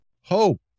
hope